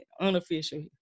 unofficial